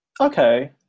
Okay